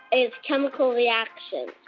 is chemical reactions.